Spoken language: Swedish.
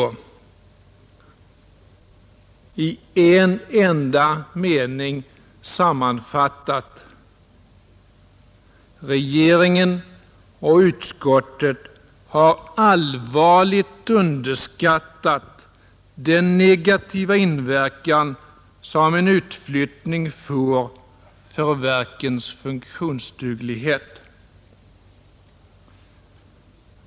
I en enda mening sammanfattat: Regeringen och utskottet har allvarligt underskattat den negativa inverkan som en utflyttning får för verkens funktionsduglighet.